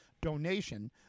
donation